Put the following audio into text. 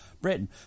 Britain